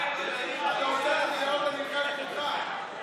אבל מה יעשו העניים שלושה חודשים?